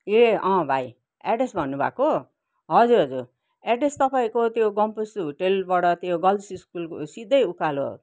ए अँ भाइ एड्रेस भन्नुभएको हजुर हजुर एड्रेस तपाईँको त्यो गम्पुस होटलबाट त्यो गर्ल्स स्कुल सिधै उकालो